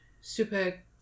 super